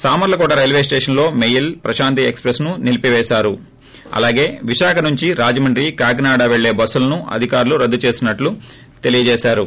సామర్లకోట రైల్వేస్షన్లో మెయిల్ ప్రశాంతి ఎక్స్ప్రెస్ను నిలిపివేశారని అలాగే విశాఖ నుంచి రాజమండ్రి కాకినాడ వెళ్లే బస్సులను అధికారులు రద్దు చేసినట్లు అధికారులు తెలియజేసారు